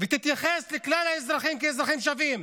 ותתייחס לכלל האזרחים כאל אזרחים שווים,